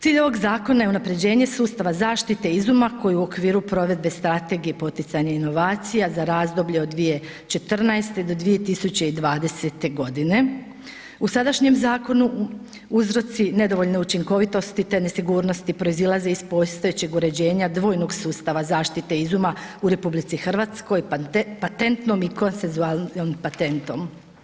Cilj ovog zakona je unapređenje sustava zaštite izuma koji u okviru provedbe strategije i poticanja inovacija za razdoblje od 2014. do 2020.g., u sadašnjem zakonu uzroci nedovoljne učinkovitosti, te nesigurnosti proizilaze iz postojećeg uređenja dvojnog sustava zaštite izuma u RH, patentnom i konsensualnom patentom.